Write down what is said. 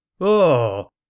Oh